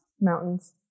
Mountains